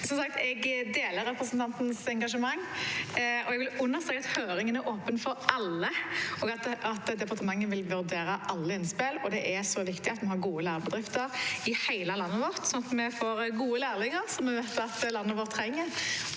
som sagt representantens engasjement, og jeg vil understreke at høringen er åpen for alle, og at departementet vil vurdere alle innspill. Det er så viktig at vi har gode lærebedrifter i hele landet vårt, så vi får gode lærlinger. Det vet vi landet vårt trenger